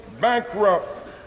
bankrupt